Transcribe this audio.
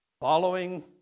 following